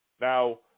now